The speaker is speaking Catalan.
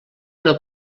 una